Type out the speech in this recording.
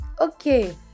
okay